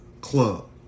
club